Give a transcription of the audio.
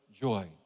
Joy